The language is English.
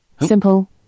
Simple